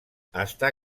està